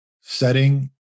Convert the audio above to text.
setting